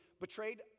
betrayed